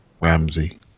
Ramsey